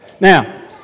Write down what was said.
Now